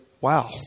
wow